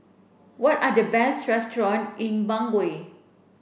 what are the best restaurants in Bangui